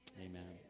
amen